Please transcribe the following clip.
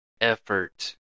effort